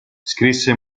scrisse